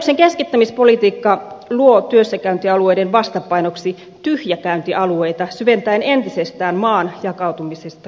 hallituksen keskittämispolitiikka luo työssäkäyntialueiden vastapainoksi tyhjäkäyntialueita syventäen entisestään maan jakautumista kahtia